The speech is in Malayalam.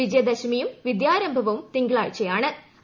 വിജയദശമിയും വിദ്യാരംഭവും തിങ്കളാഴ്ചയും